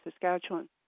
Saskatchewan